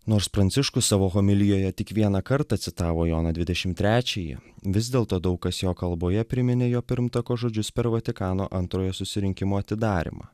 nors pranciškus savo homilijoje tik vieną kartą citavo joną dvidešim trečiąjį vis dėlto daug kas jo kalboje priminė jo pirmtako žodžius per vatikano antrojo susirinkimo atidarymą